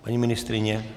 Paní ministryně?